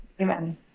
Amen